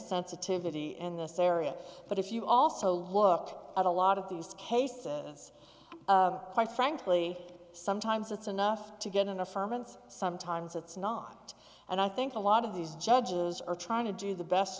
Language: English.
sensitivity in this area but if you also look at a lot of these cases quite frankly sometimes it's enough to get in a firm and sometimes it's not and i think a lot of these judges are trying to do the best